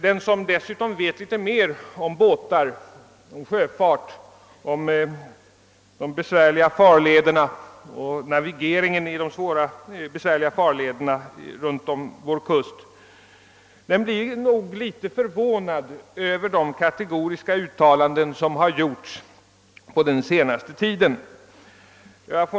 Den som dessutom vet litet mer om båtar och sjöfart och navigering i de besvärliga farlederna runt om vår kust blir nog litet förvånad över de kategoriska uttalanden som har gjorts på den senaste tiden.